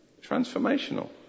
Transformational